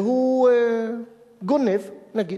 והוא גונב, נגיד,